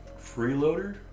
Freeloader